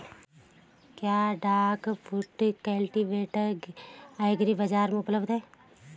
क्या duck foot cultivator agri बाज़ार में उपलब्ध है?